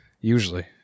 Usually